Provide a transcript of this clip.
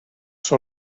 sur